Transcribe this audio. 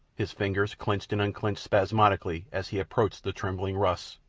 his fingers clenched and unclenched spasmodically as he approached the trembling russ,